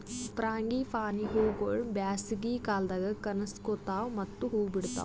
frangipani ಹೂವುಗೊಳ್ ಬ್ಯಾಸಗಿ ಕಾಲದಾಗ್ ಕನುಸ್ಕೋತಾವ್ ಮತ್ತ ಹೂ ಬಿಡ್ತಾವ್